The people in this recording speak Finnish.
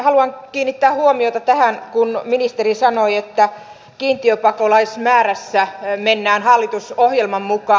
haluan kiinnittää huomiota tähän kun ministeri sanoi että kiintiöpakolaismäärässä mennään hallitusohjelman mukaan